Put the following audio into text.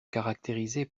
caractérisé